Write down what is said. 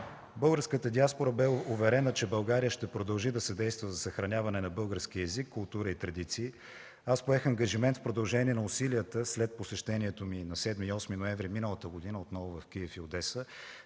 Българската диаспора бе уверена, че България ще продължи да съдейства за съхраняване на българския език, култура и традиции. Поех ангажимент в продължение на усилията, след посещението ми на 7 и 8 ноември миналата година отново в Киев и Одеса,